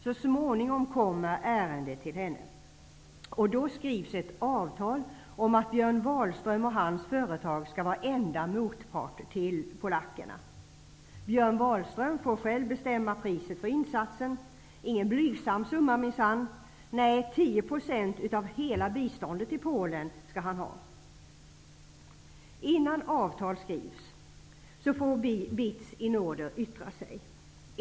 Så småningom kommer ärendet till henne, och då skrivs ett avtal om att Björn Wahlström och hans företag skall vara enda motpart till polackerna. Björn Wahlström får själv bestämma priset för insatsen -- ingen blygsam summa minsann, nej 10 % av hela biståndet till Polen skall han ha. Innan avtal skrivs får BITS i nåder yttra sig.